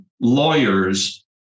lawyers